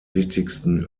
wichtigsten